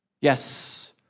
Yes